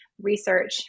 research